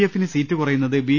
എഫിന് സീറ്റ് കുറയുന്നത് ബി